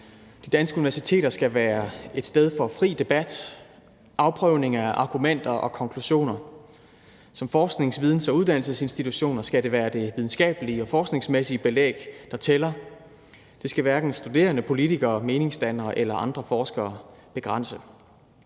De danske universiteter skal være et sted for fri debat, afprøvninger af argumenter og konklusioner. Som forsknings-, videns- og uddannelsesinstitutioner skal det være det videnskabelige og forskningsmæssige belæg, der tæller. Det skal hverken studerende, politikere, meningsdannere eller andre forskere begrænse.